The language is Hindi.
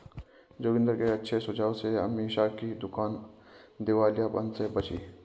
जोगिंदर के अच्छे सुझाव से अमीषा की दुकान दिवालियापन से बची